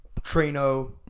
Trino